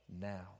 now